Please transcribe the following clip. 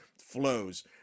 flows